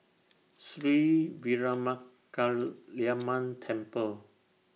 Sri Veeramakaliamman Temple